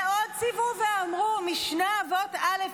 ועוד צוו ואמרו" משנה אבות א',